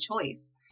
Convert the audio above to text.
choice